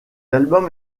album